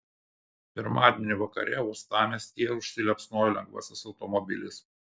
pirmadienį vakare uostamiestyje užsiliepsnojo lengvasis automobilis